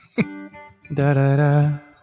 Da-da-da